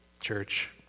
church